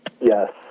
Yes